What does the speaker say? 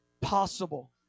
possible